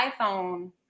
iPhone